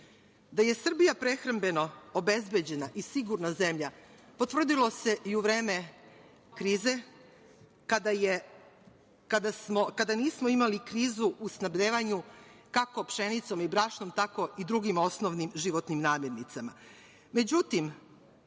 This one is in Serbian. je Srbija prehrambeno obezbeđena i sigurna zemlja potvrdilo se i u vreme kovid krize, kada nismo imali krizu u snabdevanju kako pšenicom i brašnom, tako i drugim osnovnim životnim namirnicama.